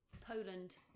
Poland